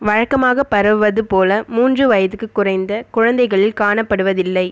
வழக்கமாக பரவுவது போல் மூன்று வயதுக்குக் குறைந்த குழந்தைகளில் காணப்படுவதில்லை